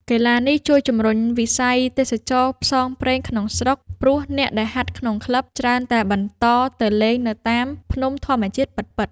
កីឡានេះជួយជំរុញវិស័យទេសចរណ៍ផ្សងព្រេងក្នុងស្រុក ព្រោះអ្នកដែលហាត់ក្នុងក្លឹប ច្រើនតែបន្តទៅលេងនៅតាមភ្នំធម្មជាតិពិតៗ។